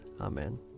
Amen